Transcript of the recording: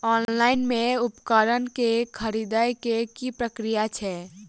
Online मे उपकरण केँ खरीदय केँ की प्रक्रिया छै?